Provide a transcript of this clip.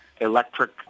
electric